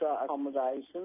accommodation